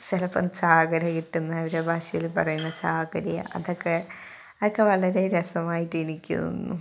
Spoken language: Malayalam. ചിലപ്പം ചാകര കിട്ടുന്നവരെ ഭാഷയിൽ പറയുന്നത് ചാകരയാണ് അതെക്കെ അതൊക്കെ വളരെ രസമായിട്ട് എനിക്ക് ഇതൊന്നും